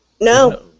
No